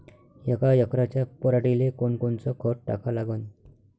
यका एकराच्या पराटीले कोनकोनचं खत टाका लागन?